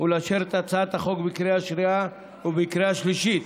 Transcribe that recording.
ולאשר את הצעת החוק בקריאה שנייה ובקריאה שלישית.